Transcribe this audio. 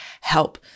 help